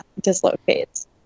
dislocates